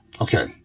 Okay